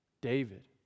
David